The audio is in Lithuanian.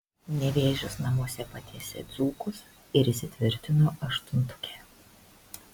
nevėžis namuose patiesė dzūkus ir įsitvirtino aštuntuke